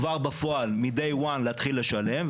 כבר בפועל מ-day 1 להתחיל לשלם,